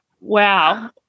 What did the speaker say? Wow